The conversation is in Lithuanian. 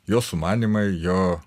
jo sumanymai jo